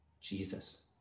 Jesus